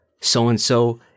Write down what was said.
so-and-so